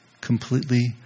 completely